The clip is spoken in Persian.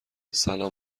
سلام